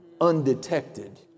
undetected